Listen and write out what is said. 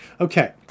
Okay